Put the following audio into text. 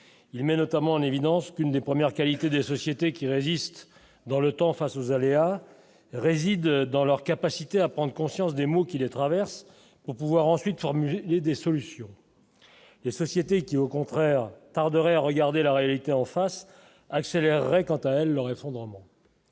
il met notamment en évidence qu'une des premières qualités des sociétés qui résiste dans le temps, face aux aléas réside dans leur capacité à prendre conscience des mots qui les traversent au pouvoir ensuite formuler des des solutions de sociétés qui au contraire tarderait à regarder la réalité en face, accélérerait quant à elle, leur effondrement.